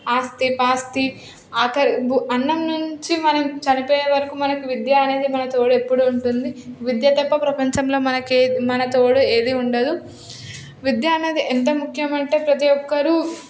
ఆస్తి పాస్తి అన్నం నుంచి మనం చనిపోయే వరకు మనకు విద్య అనేది మన తోడు ఎప్పుడూ ఉంటుంది విద్య తప్ప ప్రపంచంలో మనకి ఏ మన తోడు ఏది ఉండదు విద్య అనేది ఎంత ముఖ్యమంటే ప్రతి ఒక్కరు